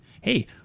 hey